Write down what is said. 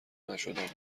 نشدنی